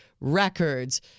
records